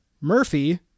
Murphy